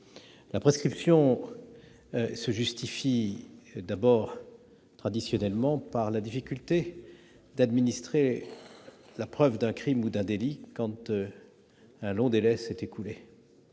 La prescription se justifie, traditionnellement, par la difficulté d'administrer la preuve d'un crime ou d'un délit quand un long délai s'est écoulé.